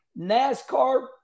NASCAR